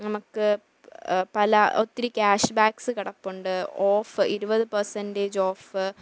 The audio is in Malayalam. നമുക്ക് പല ഒത്തിരി ക്യാഷ് ബാക്ക്സ് കിടപ്പുണ്ട് ഓഫ് ഇരുപത് പെർസെന്റജ് ഓഫ്